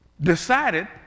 decided